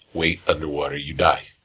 weight underwater, you die.